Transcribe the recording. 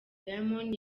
diamond